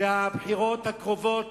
שבבחירות הקרובות,